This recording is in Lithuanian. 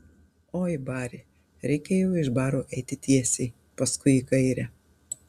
oi bari reikėjo iš baro eiti tiesiai paskui į kairę